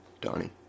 Donnie